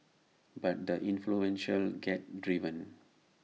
but the influential get driven